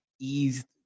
eased